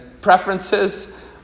preferences